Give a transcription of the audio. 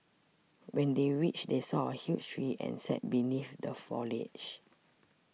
when they reached they saw a huge tree and sat beneath the foliage